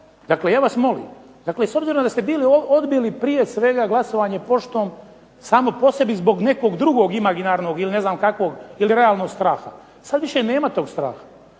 dakle ja vas molim, s obzirom da ste bili odbili prije svega glasovanje poštom samo po sebi zbog nekog drugog imaginarnog ili realnog straha. Sad više nema tog straha.